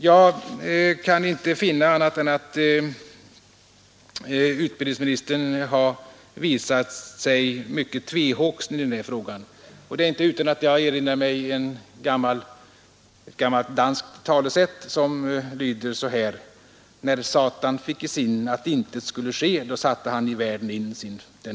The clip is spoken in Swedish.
Jag kan inte finna annat än att utbildningsministern har visat sig mycket tvehågsen i denna fråga, och det är inte utan att jag erinrar mig ett gammalt danskt talesätt som lyder: att intet skulle ske, då satte han i världen in